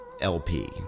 LP